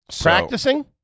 Practicing